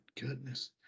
goodness